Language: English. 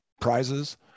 prizes